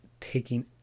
Taking